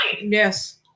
Yes